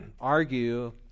argue